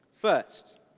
First